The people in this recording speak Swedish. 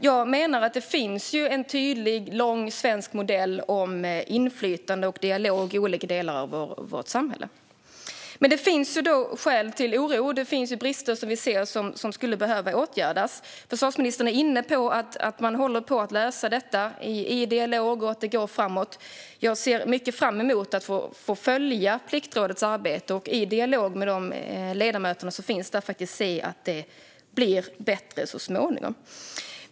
Jag menar att det finns en tydlig långvarig svensk modell om inflytande och dialog i olika delar av vårt samhälle. Men det finns skäl till oro, och det finns brister som vi ser som skulle behöva åtgärdas. Försvarsministern är inne på att man håller på att lösa detta i dialog och att det går framåt. Jag ser mycket fram emot att få följa Pliktrådets arbete och i dialog med de ledamöter som finns där faktiskt se att det blir bättre så småningom.